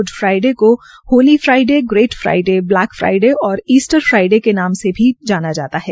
गूंड Friday को holy Friday great Friday black Friday और Easter Friday के नाम से भी जाना जाता है